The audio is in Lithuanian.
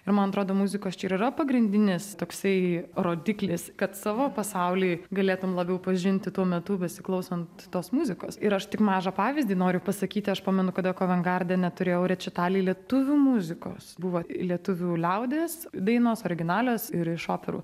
ir man atrodo muzikos čia ir yra pagrindinis toksai rodiklis kad savo pasaulį galėtum labiau pažinti tuo metu besiklausant tos muzikos ir aš tik mažą pavyzdį noriu pasakyti aš pamenu kada kovengardene turėjau rečitalį lietuvių muzikos buvo lietuvių liaudies dainos originalios ir iš operų